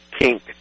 pink